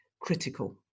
critical